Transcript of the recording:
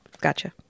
Gotcha